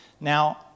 Now